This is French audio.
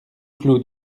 clos